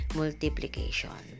multiplication